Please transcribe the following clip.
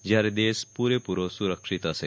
જયારે દેશ પૂરેપૂરો સુરક્ષિત હશે